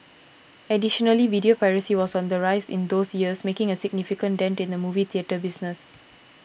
additionally video piracy was on the rise in those years making a significant dent in the movie theatre business